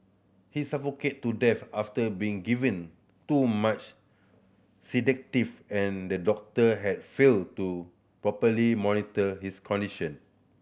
he suffocated to death after being given too much and the doctor had failed to properly monitor his condition